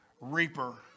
reaper